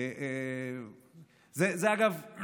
אגב,